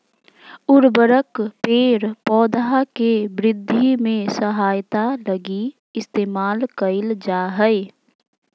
उर्वरक पेड़ पौधा के वृद्धि में सहायता लगी इस्तेमाल कइल जा हइ